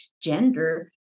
gender